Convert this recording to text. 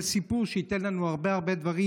שייתן לנו הרבה דברים,